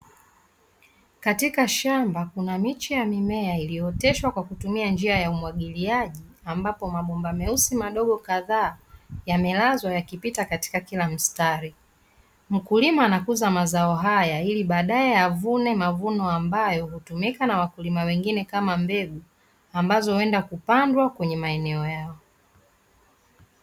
Katika shamba kuna miche ya mimea iliyooteshwa kwa kutumia njia ya umwagiliaji, ambapo mabomba meusi madogo kadhaa yamelazwa yakipita katika kila mstari. Mkulima anakuza mazao haya ili baadaye avune mavuno ambayo hutumika na wakulima wengine kama mbegu, ambazo huenda kupandwa kwenye maeneo yao.